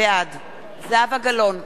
בעד זהבה גלאון,